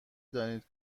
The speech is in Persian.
دانید